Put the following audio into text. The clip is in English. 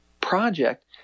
project